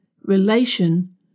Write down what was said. relation